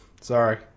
Sorry